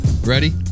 Ready